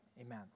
Amen